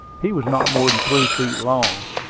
he was not more than three feet long.